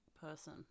person